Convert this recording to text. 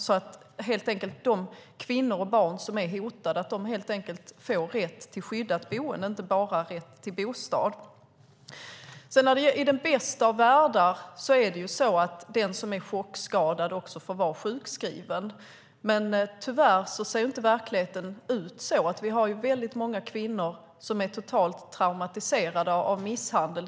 De kvinnor och barn som är hotade måste helt enkelt få rätt till skyddat boende, inte endast rätt till bostad. I den bästa av världar får den som är chockskadad vara sjukskriven, men tyvärr ser verkligheten inte ut så. Vi har många kvinnor som är totalt traumatiserade av misshandel.